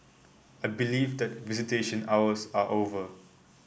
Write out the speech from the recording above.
I believe that visitation hours are over